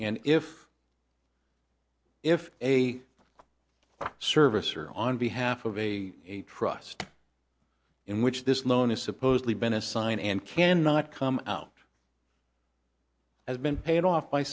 and if if a service or on behalf of a a trust in which this loan is supposedly been assigned and can not come out has been paid off by